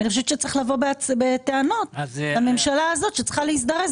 אני חושבת שצריך לבוא בטענה לממשלה הזאת שצריכה להזדרז